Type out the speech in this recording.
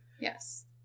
Yes